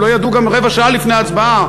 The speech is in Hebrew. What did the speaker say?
הם לא ידעו גם רבע שעה לפני ההצבעה,